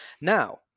Now